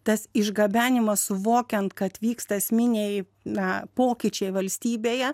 tas išgabenimas suvokiant kad vyksta esminiai na pokyčiai valstybėje